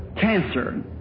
cancer